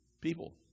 people